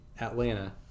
atlanta